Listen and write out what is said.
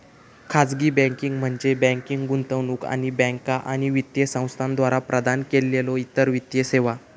खाजगी बँकिंग म्हणजे बँकिंग, गुंतवणूक आणि बँका आणि वित्तीय संस्थांद्वारा प्रदान केलेल्यो इतर वित्तीय सेवा